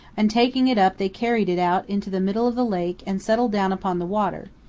and taking it up they carried it out into the middle of the lake and settled down upon the water,